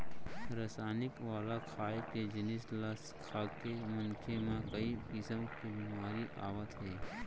रसइनिक वाला खाए के जिनिस ल खाके मनखे म कइ किसम के बेमारी आवत हे